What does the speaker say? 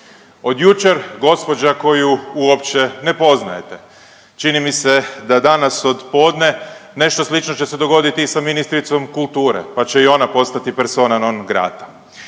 od jučer gđa. koju uopće ne poznajete, čini mi se da danas od podne nešto slično će se dogoditi i sa ministricom kulture, pa će i ona postati persona non grata.